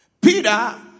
Peter